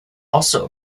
also